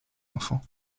enfants